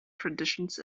traditions